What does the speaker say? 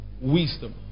Wisdom